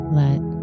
let